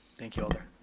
thank you alder.